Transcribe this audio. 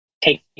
take